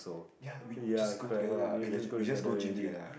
ya we just go together lah eh legit we just go gym together lah